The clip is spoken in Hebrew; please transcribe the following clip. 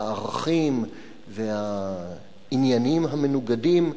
והערכים והעניינים המנוגדים,